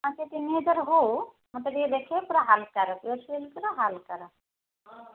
ତିନି ହଜାର ହଉ ମୋତେ ଟିକେ ଦେଖାଇବେ ପୁରା ହାଲକା୍ର ହାଲକା୍ର